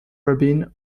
robin